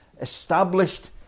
established